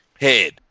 head